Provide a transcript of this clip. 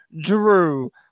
Drew